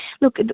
Look